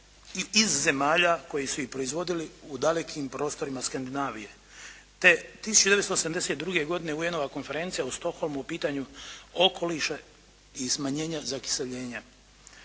iz zemlja koji su ih proizvodili u dalekim prostorima Skandinavije te 1972. godine UN-ova Konferencija u Stockholmu o pitanju okoliša i smanjenja zakiseljenja.